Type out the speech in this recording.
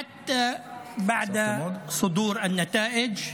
גם לאחר קבלת התוצאות.